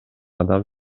адам